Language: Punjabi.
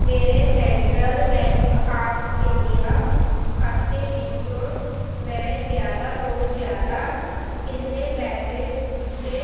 ਮੇਰੇ ਸੈਂਟਰਲ ਬੈਂਕ ਆਫ ਇੰਡੀਆ ਖਾਤੇ ਵਿੱਚੋਂ ਮੈਂ ਜ਼ਿਆਦਾ ਤੋਂ ਜ਼ਿਆਦਾ ਕਿੰਨੇ ਪੈਸੇ ਦੂਜੇ